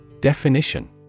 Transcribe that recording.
Definition